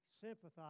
sympathize